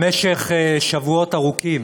במשך שבועות ארוכים